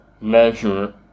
measure